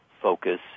focus